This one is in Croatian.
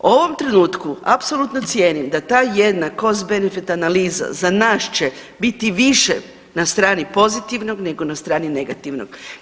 U ovom trenutku apsolutno cijenim da ta jedna cost benefit analiza za nas će biti više na strani pozitivnog nego na strani negativnog.